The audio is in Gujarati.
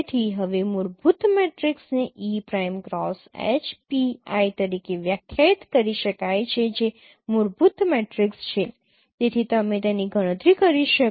તેથી હવે મૂળભૂત મેટ્રિક્સને e prime cross H pi તરીકે વ્યાખ્યાયિત કરી શકાય છે જે મૂળભૂત મેટ્રિક્સ છે જેથી તમે તેની ગણતરી કરી શકો